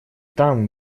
там